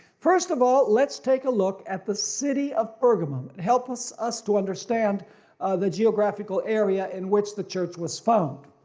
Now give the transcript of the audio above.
first of all let's take a look at the city of pergamum, it helps us us to understand the geographical area in which the church was found.